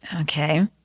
Okay